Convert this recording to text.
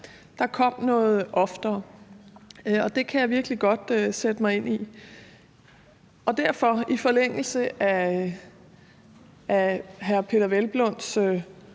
der kom noget oftere, og det kan jeg virkelig godt sætte mig ind i. Derfor: I forlængelse af hr. Peder Hvelplunds